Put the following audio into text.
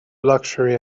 luxury